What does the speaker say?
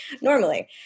normally